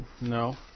No